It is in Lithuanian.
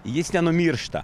jis nenumiršta